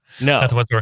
No